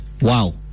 wow